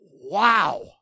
Wow